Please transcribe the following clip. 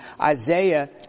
Isaiah